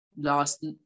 last